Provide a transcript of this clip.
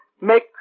Make